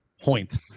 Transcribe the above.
Point